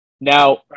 Now